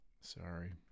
sorry